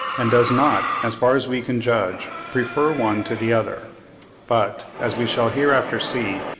and does not, as far as we can judge, prefer one to the other but, as we shall hereafter see,